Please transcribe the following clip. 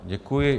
Děkuji.